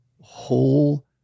whole